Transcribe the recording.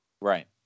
Right